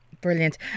Brilliant